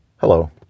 Hello